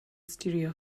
studio